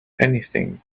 anything